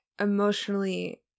emotionally